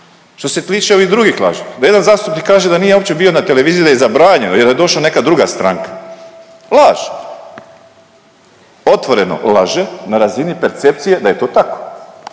Što se tiče ovih drugih laži, da jedan zastupnik kaže da nije uopće bio na televiziji, da je zabranjeno jer je došla neka druga stranka. Laž! Otvoreno laže na razini percepcije da je to tako.